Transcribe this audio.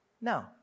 No